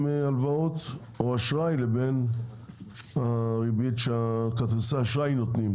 הלוואות או אשראי לבין הריבית שכרטיסי האשראי נותנים